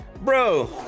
bro